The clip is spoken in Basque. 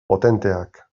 potenteak